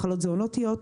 מחלות זואונוטיות.